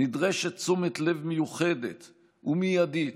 נדרשת תשומת לב מיוחדת ומיידית,